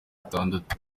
batandatu